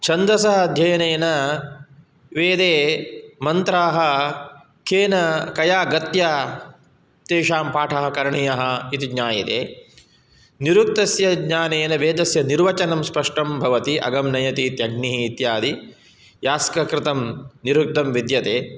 छन्दसः अध्ययनेन वेदे मन्त्राः केन कया गत्या तेषां पाठः करणीयः इति ज्ञायते नुरुक्तस्य ज्ञानेन वेदस्य निर्वचनं स्पष्टं भवति अगं नयतीत्यग्निः इत्यादि यास्ककृतं निरुक्तं विद्यते